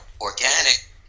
organic